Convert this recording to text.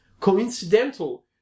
coincidental